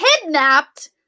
kidnapped